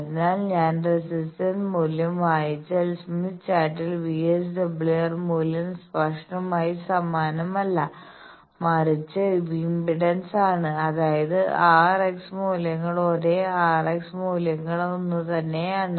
അതിനാൽഞാൻ resistance മൂല്യം വായിച്ചാൽ Smith ചാർട്ടിൽ വിഎസ്ഡബ്ല്യുആർ മൂല്യം സ്പഷ്ടമായി സമാനമല്ല മറിച്ച് ഇംപെഡൻസ് ആണ് അതായത് r x മൂല്യങ്ങൾ ഒരേ R X മൂല്യങ്ങൾ ഒന്നുതന്നെയാണ്